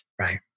Right